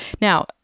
Now